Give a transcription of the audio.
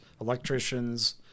electricians